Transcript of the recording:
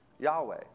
Yahweh